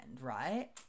right